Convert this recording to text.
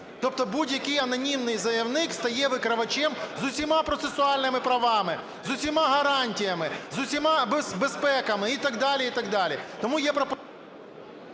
Тобто будь-який анонімний заявник стає викривачем з усіма процесуальними правами, з усіма гарантіями, з усіма безпеками і так далі,